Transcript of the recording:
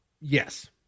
Yes